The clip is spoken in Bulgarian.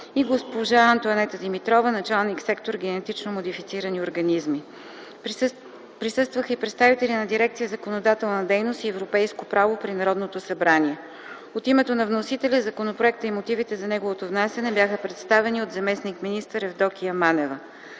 и госпожа Антоанета Димитрова – началник сектор „Генетично модифицирани организми”. Присъстваха и представители на Дирекция „Законодателна дейност и европейско право” при Народното събрание. От името на вносителя законопроектът и мотивите за неговото внасяне бяха представени от заместник-министър Евдокия Манева.